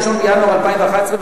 1 בינואר 2011,